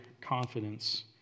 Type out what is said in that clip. confidence